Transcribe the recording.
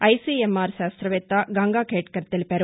ICMR శాస్తవేత్త గంగా ఖేద్కర్ తెలిపారు